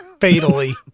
Fatally